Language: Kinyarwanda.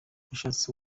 ushatse